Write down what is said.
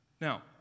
Now